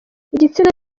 igitsina